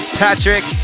patrick